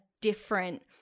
different